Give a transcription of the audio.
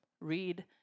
read